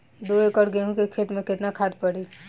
दो एकड़ गेहूँ के खेत मे केतना खाद पड़ी?